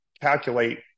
calculate